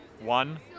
one